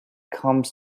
comes